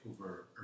over